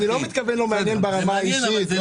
אני לא מתכוון שזה לא מעניין ברמה האישית.